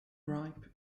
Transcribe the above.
ripe